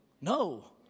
No